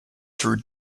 through